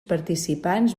participants